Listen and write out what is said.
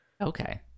okay